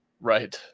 Right